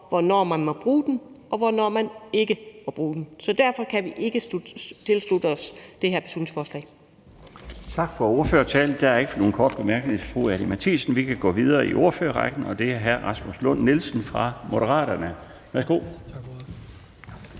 hvornår man må bruge mobiltelefonen, og hvornår man ikke må bruge den. Så derfor kan vi ikke tilslutte os det her beslutningsforslag.